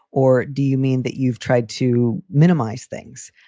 or do you mean that you've tried to minimize things,